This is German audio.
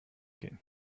gehen